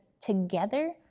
together